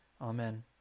Amen